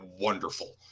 Wonderful